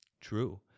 True